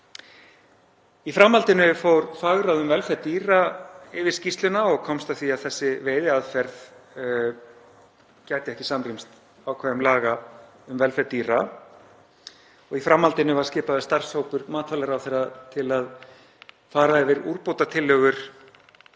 Í framhaldinu fór fagráð um velferð dýra yfir skýrsluna og komst að því að þessi veiðiaðferð gæti ekki samrýmst ákvæðum laga um velferð dýra og í framhaldinu var skipaður starfshópur matvælaráðherra til að fara yfir úrbótatillögur